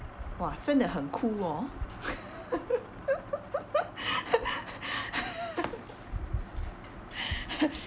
!wah! 真的很 cool orh